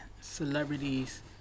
celebrities